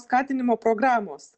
skatinimo programos